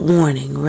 Warning